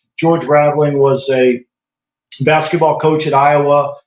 george raveling was a basketball coach at iowa,